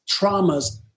traumas